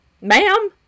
Ma'am